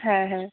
হ্যাঁ হ্যাঁ